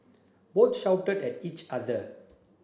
both shouted at each other